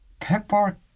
pepper